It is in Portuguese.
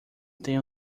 tenho